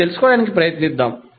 మనం తెలుసుకోవడానికి ప్రయత్నిద్దాం